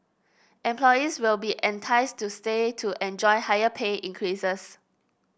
employees will be enticed to stay to enjoy higher pay increases